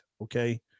Okay